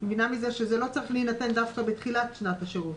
אני מבינה מזה שזה לא צריך להינתן דווקא בתחילת שנת השירות?